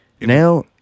Now